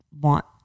want